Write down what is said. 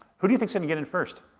who do you think's gonna get in first?